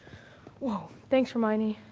whoa, thanks hermione.